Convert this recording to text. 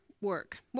work